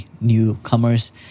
newcomers